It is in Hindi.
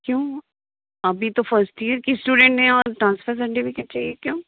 क्यों अभी तो फ़र्स्ट यीअर की स्टूडेंट हैं और ट्रांसफ़र सर्टिफ़िकेट चाहिए क्यों